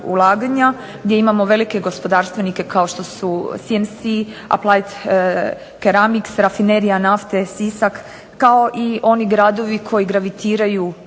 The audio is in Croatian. gdje imamo velike gospodarstvenike kao što su CMC, Applied ceramics, Rafinerija nafte Sisak kao i oni gradovi koji gravitiraju samoj